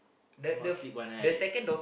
cannot sleep one right